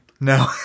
No